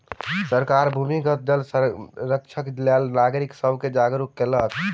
सरकार भूमिगत जल संरक्षणक लेल नागरिक सब के जागरूक केलक